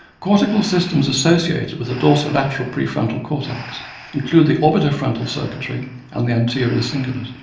cortical systems associated with the dorsolateral prefrontal cortex include the orbitofrontal circuitry and the anterior cingulate.